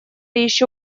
еще